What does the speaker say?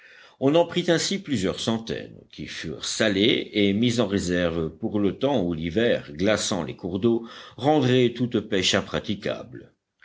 on en prit ainsi plusieurs centaines qui furent salés et mis en réserve pour le temps où l'hiver glaçant les cours d'eau rendrait toute pêche impraticable